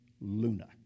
Luna